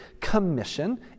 Commission